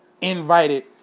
invited